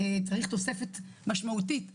צריך תוספת משמעותית לפסיכיאטריה,